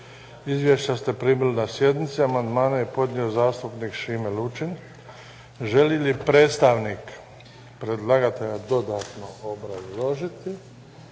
Izvješća ste primili na sjednici. Amandmane je podnio zastupnik Šime Lučin. Želi li predstavnik predlagatelja dodatno obrazložiti